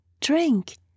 drink